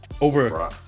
over